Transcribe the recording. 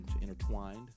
intertwined